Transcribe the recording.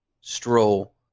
stroll